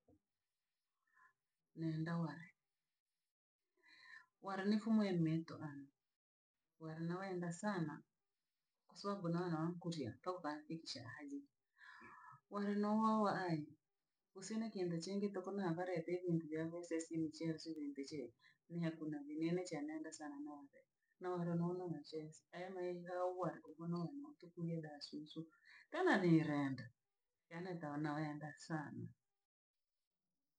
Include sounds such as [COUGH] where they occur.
Neenda ware. Ware ni nfumwe niito ame. Ware nouenda sana kwasababu no wo nkurre mpaka nfikisha hajii. Ware nowowa ari, kusina kintu chingi tuku ma varete vintu vya vusese imucheese ndindi chee, via ku nini nimichene neenda sana ng'oombe, [UNINTELLIGIBLE] nchese enayeira uware kugununa nu tukuira susu, tena liranda, yaani nta noenda sana.